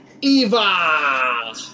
Eva